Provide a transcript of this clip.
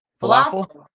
Falafel